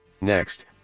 Next